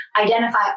identify